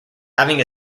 having